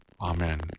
Amen